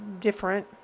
different